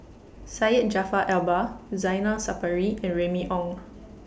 Syed Jaafar Albar Zainal Sapari and Remy Ong